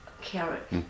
carrot